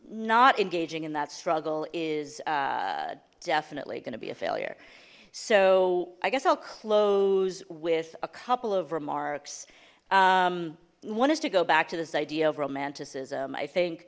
not engaging in that struggle is definitely gonna be a failure so i guess i'll close with a couple of remarks one is to go back to this idea of romanticism i think